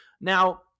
Now